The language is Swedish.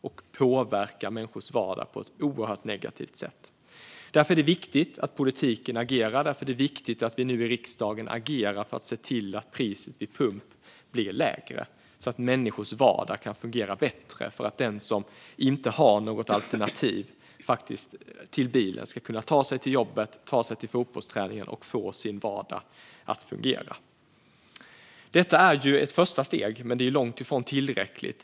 De påverkar människors vardag på ett oerhört negativt sätt. Därför är det viktigt att politiken agerar. Det är viktigt att vi nu i riksdagen agerar för att se till att priset vid pump blir lägre, så att människors vardag kan fungera bättre och så att den som inte har något alternativ till bilen ska kunna ta sig till jobbet och fotbollsträningen och få sin vardag att fungera. Detta är ju ett första steg, men det är långt ifrån tillräckligt.